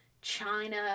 China